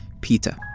Peter